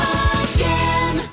again